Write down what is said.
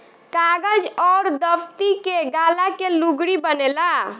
कागज अउर दफ़्ती के गाला के लुगरी बनेला